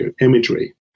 imagery